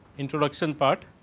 introduction part.